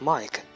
Mike